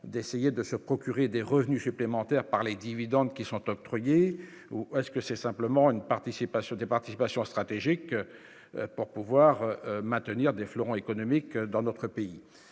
d'essayer de se procurer des revenus supplémentaires par les dividendes qui sont octroyés ou est-ce que c'est simplement une participation des participations stratégiques pour pouvoir maintenir des fleurons économiques dans notre pays,